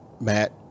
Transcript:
Matt